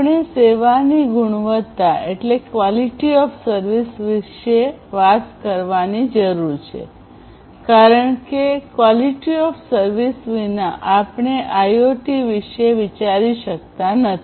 આપણે સેવાની ગુણવત્તા વિશે વાત કરવાની જરૂર છે કારણ કે ક્યુઓએસ વિના આપણે આઇઓટી વિશે વિચારી શકતા નથી